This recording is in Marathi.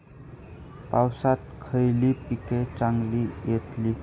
पावसात खयली पीका चांगली येतली?